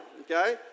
okay